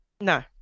No